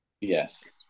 Yes